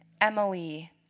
Emily